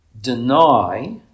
Deny